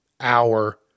hour